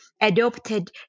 adopted